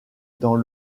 dans